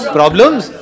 Problems